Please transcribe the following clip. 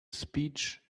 speech